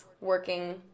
working